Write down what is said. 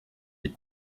les